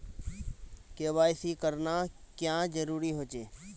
KYC करना क्याँ जरुरी होचे?